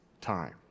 time